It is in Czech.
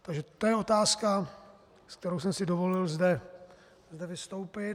Takže to je otázka, s kterou jsem si dovolil zde vystoupit.